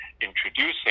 introducing